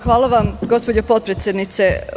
Hvala vam, gospođo potpredsednice.